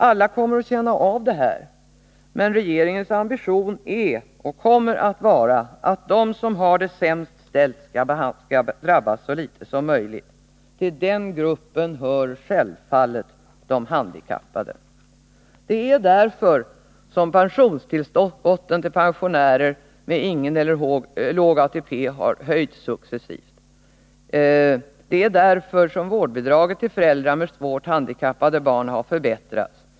Alla kommer att känna av det här, men regeringens ambitioner är och kommer att vara att de som har det sämst ställt skall drabbas så litet som möjligt. Till den gruppen hör självfallet de handikappade. Det är därför som pensionstillskotten till pensionärer med ingen eller låg ATP har höjts successivt. Det är därför som vårdbidraget till föräldrar med svårt handikappade barn har förbättrats.